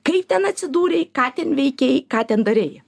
kaip ten atsidūrei ką ten veikei ką ten darei